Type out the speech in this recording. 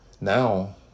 Now